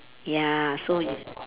ya so y~